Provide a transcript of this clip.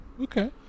Okay